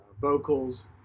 vocals